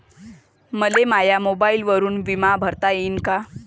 मले माया मोबाईलवरून बिमा भरता येईन का?